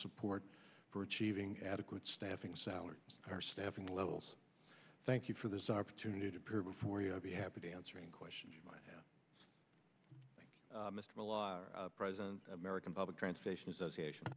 support for achieving adequate staffing salaries are staffing levels thank you for this opportunity to appear before you will be happy answering questions you might have missed a lot president american public transportation association